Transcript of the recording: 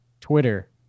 Twitter